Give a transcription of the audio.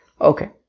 Okay